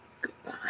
Goodbye